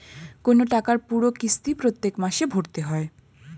কোন টাকার পুরো কিস্তি প্রত্যেক মাসে ভরতে হয়